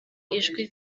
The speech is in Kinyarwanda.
ijwi